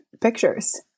pictures